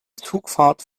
zugfahrt